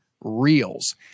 Reels